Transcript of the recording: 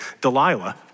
Delilah